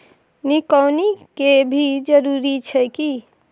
निकौनी के भी जरूरी छै की?